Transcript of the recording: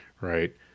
Right